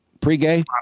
pre-gay